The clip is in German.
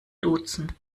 duzen